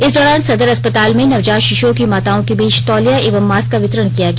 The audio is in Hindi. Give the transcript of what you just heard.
इस दौरान सदर अस्पताल में नवजात शिशुओं की माताओं के बीच तौलिया एवं मास्क का वितरण किया गया